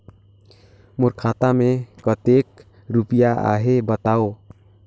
मोर खाता मे कतेक रुपिया आहे बताव?